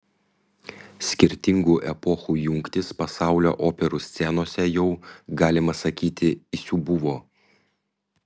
skirtingų epochų jungtys pasaulio operų scenose jau galima sakyti įsibuvo